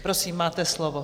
Prosím, máte slovo.